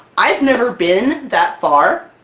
i've never been that far!